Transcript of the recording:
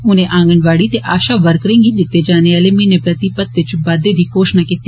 उने आगनवाड़ी ते आशा वर्करे गी दिते जाने आले म्हीने परती भत्ते च बाद्दे दी घोषणा कीती